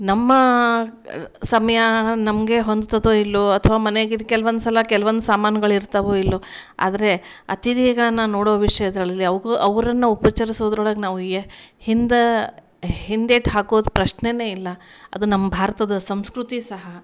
ನಮ್ಮ ಸಮಯ ನಮಗೆ ಹೊಂದ್ತದೋ ಇಲ್ವೋ ಅಥವಾ ಮನ್ಯಾಗಿದು ಕೆಲವೊಂದುಸಲ ಕೆಲವೊಂದು ಸಾಮಾನ್ಗಳು ಇರ್ತಾವೋ ಇಲ್ಲವೋ ಆದರೆ ಅತಿಥಿಗಳನ್ನ ನೋಡೋ ವಿಷ್ಯದಳಳಿ ಅವ್ಕು ಅವ್ರನ್ನು ಉಪಚರಿಸೋದರೊಳಗೆ ನಾವು ಏ ಹಿಂದು ಹಿಂದೇಟು ಹಾಕೋದು ಪ್ರಶ್ನೆಯೇ ಇಲ್ಲ ಅದು ನಮ್ಮ ಭಾರತದ ಸಂಸ್ಕೃತಿ ಸಹ